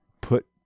put